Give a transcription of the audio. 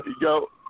go